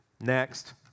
Next